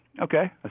Okay